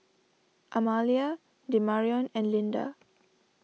Amalia Demarion and Lynda